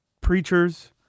preachers